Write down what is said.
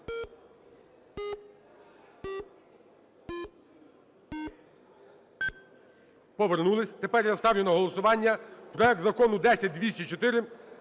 Повернулися. Тепер я ставлю на голосування проект закону 10204